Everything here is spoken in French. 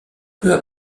peu